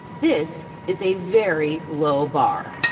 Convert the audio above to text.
this is a very low bar.